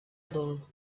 adult